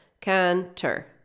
canter